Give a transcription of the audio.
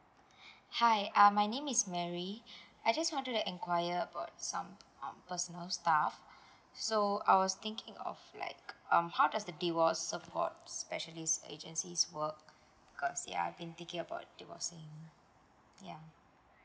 hi uh my name is mary I just want do the inquire about some um personal stuff so I was thinking of like um how does the divorce support specialist agency's work uh cause I've been thinking about divorcing ya